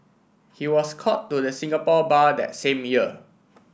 he was called to the Singapore Bar that same year